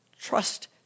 Trust